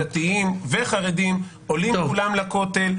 דתיים וחרדים עולים כולם לכותל.